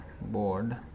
board